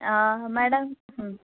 madam